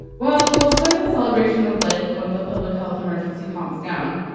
well, we'll plan a celebration of life on the public health emergency comes down,